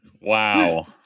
Wow